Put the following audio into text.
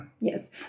yes